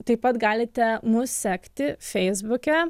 taip pat galite mus sekti feisbuke